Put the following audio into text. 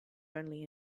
only